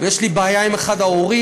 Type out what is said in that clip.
יש לי בעיה עם אחד ההורים,